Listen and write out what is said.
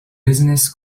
business